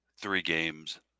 three-games